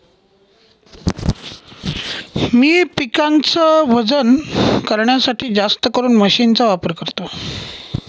मी पिकाच वजन करण्यासाठी जास्तकरून मशीन चा वापर करतो